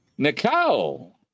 Nicole